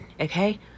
Okay